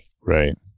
Right